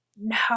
No